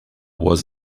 was